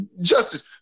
Justice